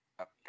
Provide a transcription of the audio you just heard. Okay